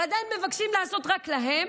ועדיין מבקשים לעשות רק להם